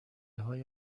های